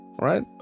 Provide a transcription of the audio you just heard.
right